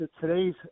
today's